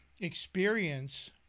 experience